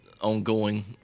ongoing